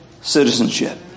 citizenship